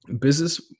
business